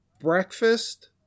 breakfast-